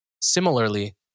Similarly